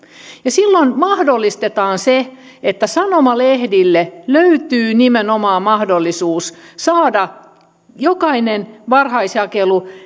silloin mahdollistetaan se että sanomalehdille löytyy nimenomaan mahdollisuus saada jokaiselle varhaisjakelu edes